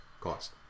cost